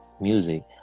music